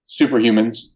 superhumans